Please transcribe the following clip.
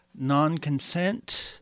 non-consent